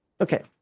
Okay